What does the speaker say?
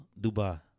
Dubai